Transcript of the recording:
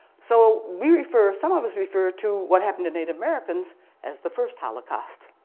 so, we refer some of us refer to what happened to native americans as the first holocaust.